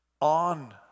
on